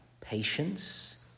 patience